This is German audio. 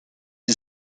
sie